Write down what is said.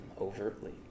overtly